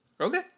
Okay